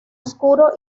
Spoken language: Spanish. oscuro